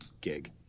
gig